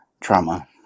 trauma